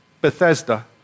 Bethesda